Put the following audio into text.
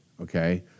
okay